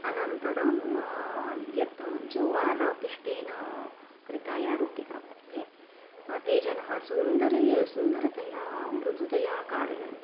अनन्तरं यत् जोवारपिष्टेन कृताया रोटिका वर्तते ते जनः सुन्दरं सुन्दरतया मृदुतया कारयन्ति